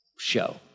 show